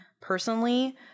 personally